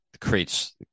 creates